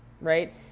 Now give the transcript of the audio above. right